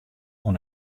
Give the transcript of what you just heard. oan